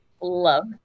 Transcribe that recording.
love